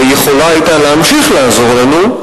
ויכולה היתה להמשיך לעזור לנו,